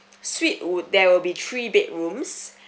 suite would there will be three bedrooms